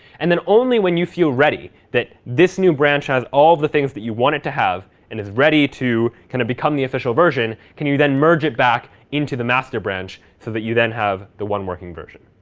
and then only when you feel ready that this new branch has all the things that you want it to have and is ready to kind of become the official version, can you then merge it back into the master branch so that you then have the one working version.